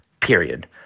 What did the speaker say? period